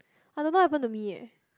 I don't know what happen to me leh